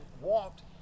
walked